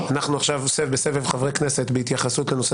אנחנו עכשיו בסבב חברי כנסת בהתייחסות לנושא